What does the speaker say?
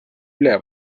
üle